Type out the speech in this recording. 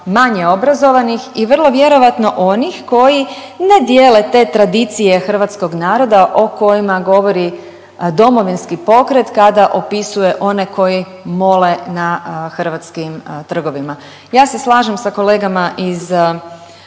manje obrazovanih i vrlo vjerojatno onih koji ne dijele te tradicije hrvatskog naroda o kojima govori DP kada opisuje one koji mole na hrvatskim trgovima. Ja se slažem sa kolegama iz SDP-a